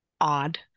odd